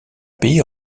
pays